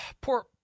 Poor